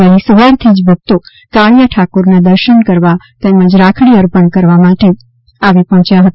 વહેલીસવારથી જ ભક્તો કાળિયા ઠાકોરના દર્શન કરવા તેમજ રાખડી અર્પણ કરવા માટે ભક્તો આવી પર્જોચ્યા હતા